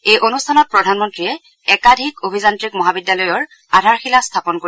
এই অনুষ্ঠানত প্ৰধানমন্নীয়ে একাধিক অভিযান্ত্ৰিক মহাবিদ্যালয়ৰ আধাৰশিলা স্থাপন কৰিব